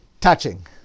touching